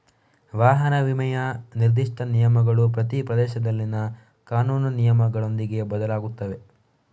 ವಾಹನ ವಿಮೆಯ ನಿರ್ದಿಷ್ಟ ನಿಯಮಗಳು ಪ್ರತಿ ಪ್ರದೇಶದಲ್ಲಿನ ಕಾನೂನು ನಿಯಮಗಳೊಂದಿಗೆ ಬದಲಾಗುತ್ತವೆ